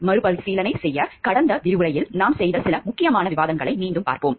மறுபரிசீலனை செய்ய கடந்த விரிவுரையில் நாம் செய்த சில முக்கியமான விவாதங்களை மீண்டும் பார்ப்போம்